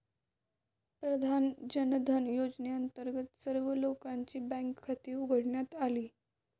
पंतप्रधान जनधन योजनेअंतर्गत सर्व लोकांची बँक खाती उघडण्यात आली